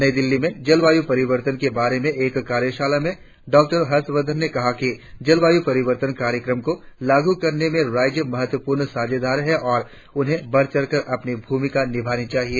नई दिल्ली में जलवायू परिवर्तन के बारे में एक कार्यशाला में डॉक्टर हर्षवर्धन ने कहा कि जलवायु परिवर्तन कार्यक्रम को लागू करने में राज्य महत्वपूर्ण साझेदार है और उन्हें बढ़ चढ़कर अपनी भूमिका निभानी चाहिए